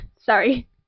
Sorry